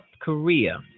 Korea